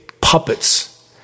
puppets